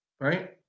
right